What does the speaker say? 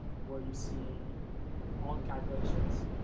where you see all the calculations.